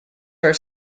are